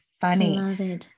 funny